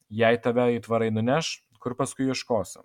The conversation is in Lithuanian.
jei tave aitvarai nuneš kur paskui ieškosiu